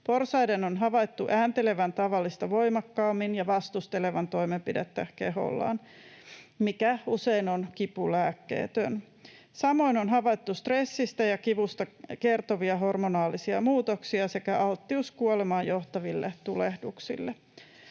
Porsaiden on havaittu ääntelevän tavallista voimakkaammin ja vastustelevan kehollaan toimenpidettä, mikä usein on kipulääkkeetön. Samoin on havaittu stressistä ja kivusta kertovia hormonaalisia muutoksia sekä alttius kuolemaan johtaville tulehduksille.